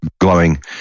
glowing